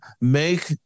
make